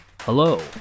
Hello